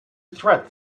threat